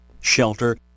shelter